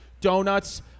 donuts